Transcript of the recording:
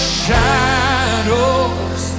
shadows